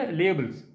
labels